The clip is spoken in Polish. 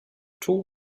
czuł